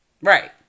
Right